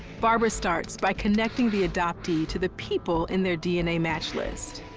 barbara starts by connecting the adoptee to the people in their dna match list.